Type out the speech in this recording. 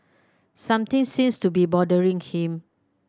something seems to be bothering him